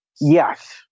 yes